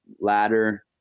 ladder